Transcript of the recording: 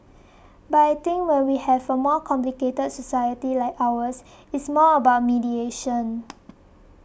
but I think when we have a more complicated society like ours it's more about mediation